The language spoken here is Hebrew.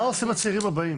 מה עושים הצעירים הבאים?